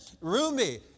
Rumi